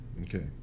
okay